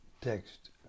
Text